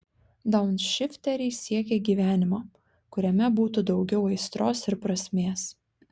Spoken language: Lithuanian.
daunšifteriai siekia gyvenimo kuriame būtų daugiau aistros ir prasmės